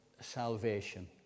salvation